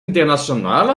internationaal